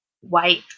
white